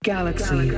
Galaxy